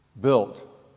built